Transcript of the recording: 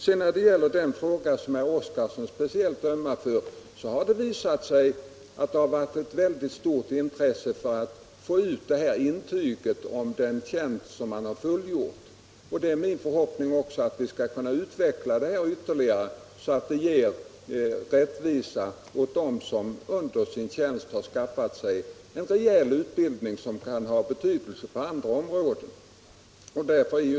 När det sedan gäller den fråga som herr Oskarson speciellt talade för — ett intyg om tjänstens värde — har intresset varit mycket stort för att få ut ett intyg om den tjänst som fullgjorts. Det är också min förhoppning att vi skall kunna utveckla detta ytterligare, så att det ger rättvisa åt dem som under sin tjänst har skaffat sig en rejäl utbildning som kan ha betydelse även på andra områden.